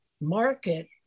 market